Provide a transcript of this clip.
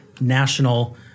national